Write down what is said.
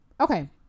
Okay